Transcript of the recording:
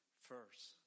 first